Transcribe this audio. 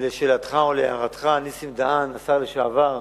ולשאלתך ולהערתך: נסים דהן, השר לשעבר,